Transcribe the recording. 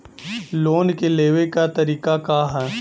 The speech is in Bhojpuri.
लोन के लेवे क तरीका का ह?